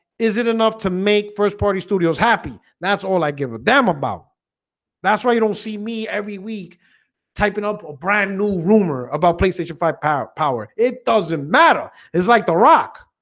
is it enough to make first party studios happy? that's all i give a damn about that's why you don't see me every week typing up a brand new rumor about playstation five power power. it doesn't matter. it's like the rock